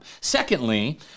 Secondly